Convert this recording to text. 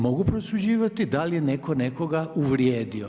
Mogu prosuđivati da li je neko nekoga uvrijedio.